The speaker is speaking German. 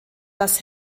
das